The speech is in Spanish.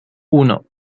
uno